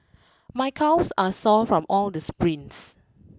my calves are sore from all these sprints